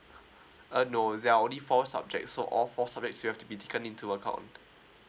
uh no there're only four subject so all four subjects you have to be taken into account